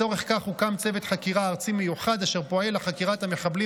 לצורך כך הוקם צוות חקירה ארצי מיוחד אשר פועל לחקירת המחבלים